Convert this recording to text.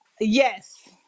yes